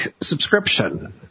subscription